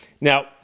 Now